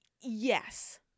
yes